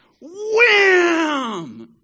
wham